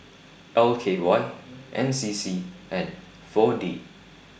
L K Y N C C and four D